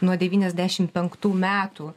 nuo devyniasdešimt penktų metų